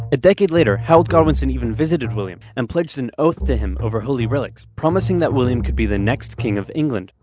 a decade later, harold godwinson even visited william, and pledged an oath to him over holy relics, promising that william could be the next king of england.